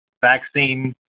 vaccine